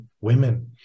women